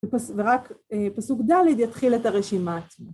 ורק פסוק ד' יתחיל את הרשימה עצמה.